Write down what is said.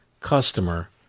customer